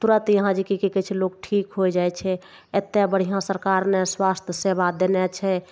तुरत यहाँ जे कि कि कहय छै लोग ठीक हो जाइ छै एत्ते बढ़िआँ सरकार ने स्वास्थ सेवा देने छै